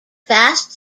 fast